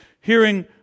Hearing